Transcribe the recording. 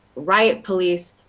riot police,